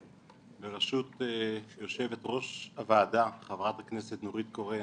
ברשות יושבת ראש הוועדה, חברת הכנסת נורית קורן,